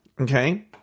okay